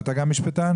אתה גם משפטן?